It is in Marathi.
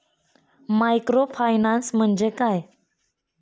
मायक्रोफायनान्स म्हणजे काय?